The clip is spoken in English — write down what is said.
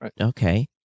Okay